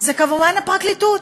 זו כמובן הפרקליטות.